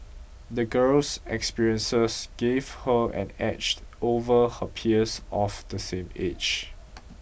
the girl's experiences gave her an edge over her peers of the same age